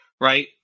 right